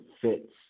fits